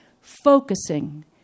Focusing